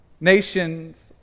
Nations